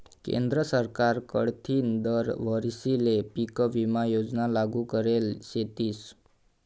केंद्र सरकार कडथीन दर वरीसले पीक विमा योजना लागू करेल शेतीस